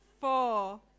four